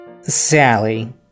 Sally